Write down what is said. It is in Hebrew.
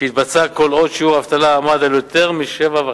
שהתבצעה כל עוד שיעור האבטלה עמד על יותר מ-7.5%.